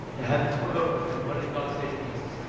the heavens were opened, and what did god say to jesus.